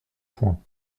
point